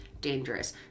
dangerous